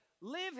live